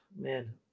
man